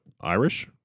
Irish